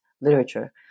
literature